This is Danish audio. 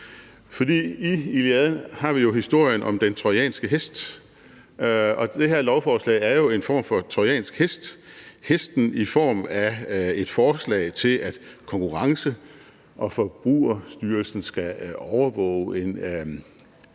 i Iliaden har vi historien om den trojanske hest, og det her lovforslag er jo en form for trojansk hest, hesten i form af et forslag om, at Konkurrence- og Forbrugerstyrelsen skal overvåge en